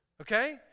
okay